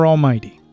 Almighty